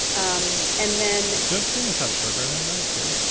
um and then. don't tomatoes have sugar in them, though, too?